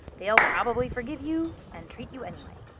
they'll probably forgive you and treat you anyway.